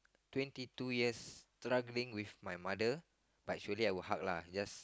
twenty two years struggling with my mother but actually I will hug lah just